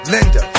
Linda